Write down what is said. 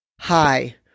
hi